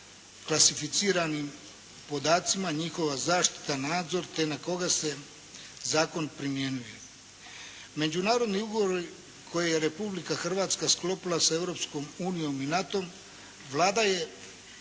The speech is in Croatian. klasificiranim podacima, njihova zaštita i nadzor te na koga se zakon primjenjuje. Međunarodni ugovori koje je Republika Hrvatska sklopila sa Europskom unijom i NATO-om Vlada je